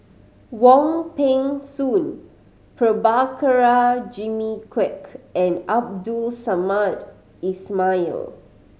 Wong Peng Soon Prabhakara Jimmy Quek and Abdul Samad Ismail